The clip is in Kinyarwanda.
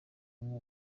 bwonko